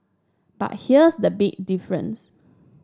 but here's the big difference